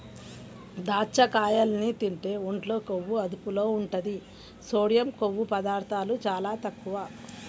దాచ్చకాయల్ని తింటే ఒంట్లో కొవ్వు అదుపులో ఉంటది, సోడియం, కొవ్వు పదార్ధాలు చాలా తక్కువ